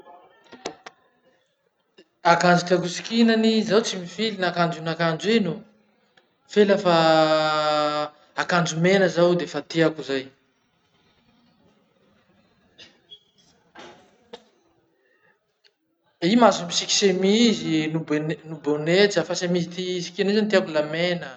Akanjo tiako hosikinany, zaho tsy mifily na akanjo na akanjo ino fe lafa, akanjo mena zao defa tiako zay. I mahazo misiky semizy no be no bonetra fa semizy fisikina iny zany tiako la mena.